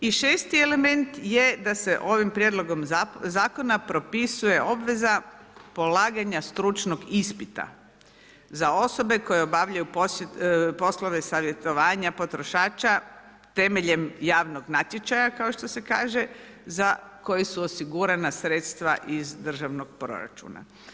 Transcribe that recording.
I šesti element je da se ovim Prijedlogom zakona propisuje obveza polaganja stručnog ispita za osobe koje obavljaju poslove savjetovanja potrošača temeljem javnog natječaja, kao što se kaže, za koji su osigurana sredstva iz državnog proračuna.